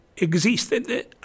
existed